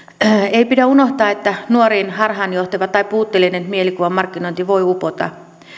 ei pidä unohtaa että nuoriin harhaanjohtava tai puutteellinen mielikuvamarkkinointi voi upota